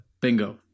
Bingo